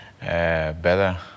better